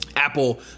Apple